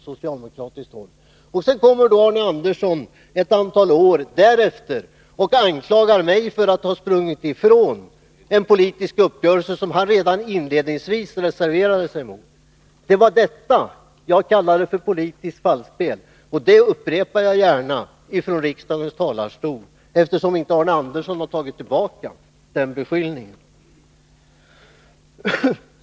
Sedan kommer Arne Andersson ett antal år därefter och anklagar mig för att ha sprungit ifrån en politisk uppgörelse som han redan inledningsvis reserverade sig mot. Det var detta jag kallade politiskt falskspel, och det upprepar jag gärna från riksdagens talarstol, eftersom Arne Andersson inte har tagit tillbaka sin beskyllning.